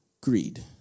Greed